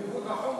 ייהוד החומוס.